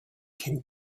can